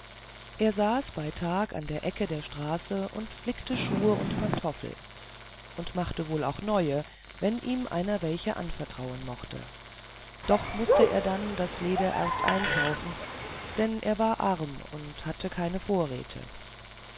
er saß bei tag an der ecke der straße und flickte schuhe und pantoffel und machte wohl auch neue wenn ihm einer welche anvertrauen mochte doch mußte er dann das leder erst einkaufen denn er war arm und hatte keine vorräte